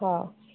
ହଁ